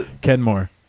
Kenmore